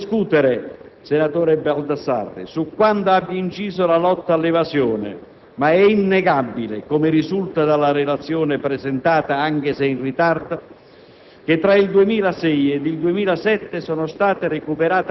e le entrate sono aumentate. Si può discutere, senatore Baldassarri, su quanto abbia inciso la lotta all'evasione, ma è innegabile - come risulta dalla relazione presentata, anche se in ritardo